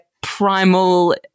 primal